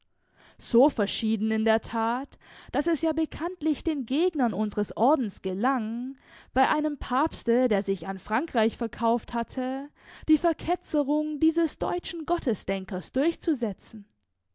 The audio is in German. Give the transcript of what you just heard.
so verschieden in der tat daß es ja bekanntlich den gegnern unseres ordens gelang bei einem papste der sich an frankreich verkauft hatte die verketzerung dieses deutschen gottesdenkers durchzusetzen